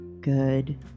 good